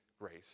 grace